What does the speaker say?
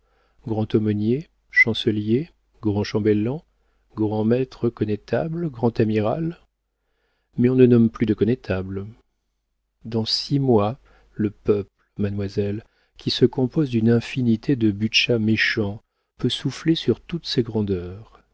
grand-aumônier chancelier grand chambellan grand-maître connétable grand amiral mais on ne nomme plus de connétables dans six mois le peuple mademoiselle qui se compose d'une infinité de butscha méchants peut souffler sur toutes ces grandeurs